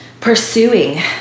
pursuing